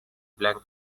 blank